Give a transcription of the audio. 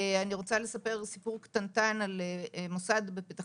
אני רוצה לספר סיפור קטנטן על מוסד בפתח